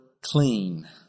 clean